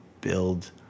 build